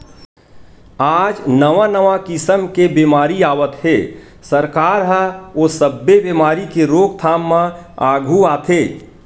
आज नवा नवा किसम के बेमारी आवत हे, सरकार ह ओ सब्बे बेमारी के रोकथाम म आघू आथे